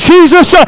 Jesus